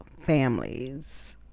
Families